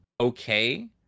okay